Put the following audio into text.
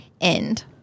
end